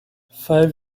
five